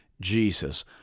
Jesus